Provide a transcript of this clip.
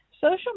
social